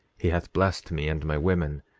he hath blessed me, and my women,